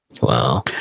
Wow